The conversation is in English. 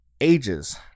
ages